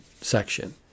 section